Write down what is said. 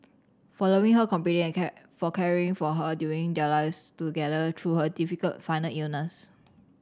for loving her completely and for caring for her during your lives together through her difficult final illness